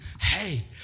hey